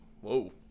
Whoa